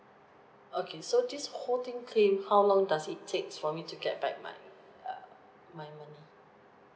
okay so this whole thing claim how long does it takes for me to get back my uh my money